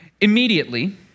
Immediately